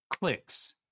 clicks